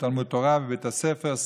בתלמוד תורה ובבית הספר,